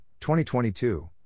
2022